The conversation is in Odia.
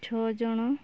ଛଅଜଣ